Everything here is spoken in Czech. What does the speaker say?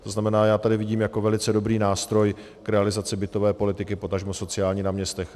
To znamená, já tady vidím jako velice dobrý nástroj k realizaci bytové politiky, potažmo sociální na městech.